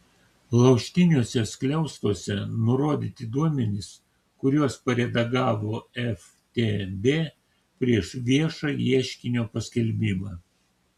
laužtiniuose skliaustuose nurodyti duomenys kuriuos paredagavo ftb prieš viešą ieškinio paskelbimą